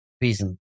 reason